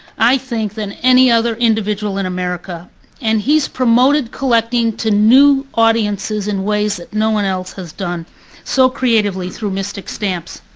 i think, than any other individual in america and he's promoted collecting to new audiences in ways that no one else has done so creatively through mystic stamps.